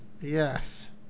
Yes